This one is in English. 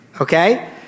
Okay